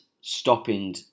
stopping